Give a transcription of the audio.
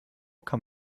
kann